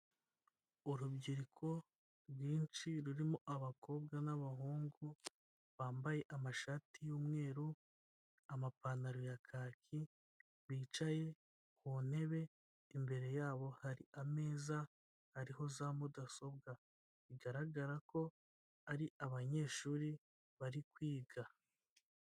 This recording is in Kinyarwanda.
Urubyiruko rwinshi rurimo abakobwa n'abahungu, bambaye amashati y'umweru, amapantaro ya kaki, bicaye ku ntebe, imbere yabo hari ameza ariho za mudasobwa bigaragara ko ari abanyeshuri bari kwiga.